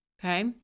Okay